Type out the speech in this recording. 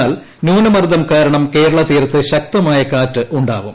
എന്നാൽ ന്യൂനമർദ്ദം കാരണം കേരളത്തീരത്ത് ശക്തമായ കാറ്റുണ്ടാകും